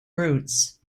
roots